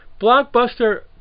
Blockbuster